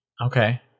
Okay